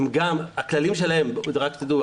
רק שתדעו,